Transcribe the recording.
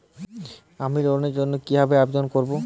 আমি লোনের জন্য কিভাবে আবেদন করব?